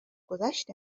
گذشت